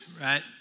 right